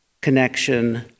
connection